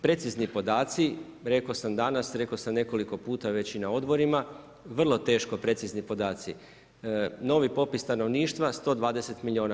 Precizni podaci, rekao sam danas, rekao sam nekoliko puta već i na odborima, vrlo teško precizni podaci, novi popis stanovništva, 120 milijuna kuna.